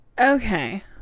Okay